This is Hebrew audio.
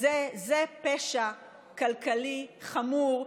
זה פשע כלכלי חמור,